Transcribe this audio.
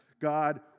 God